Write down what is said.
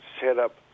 setup